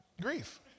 Grief